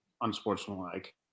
unsportsmanlike